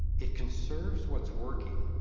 it conserves, what's working.